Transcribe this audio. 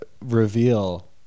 reveal